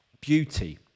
beauty